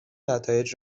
نتایج